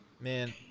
Man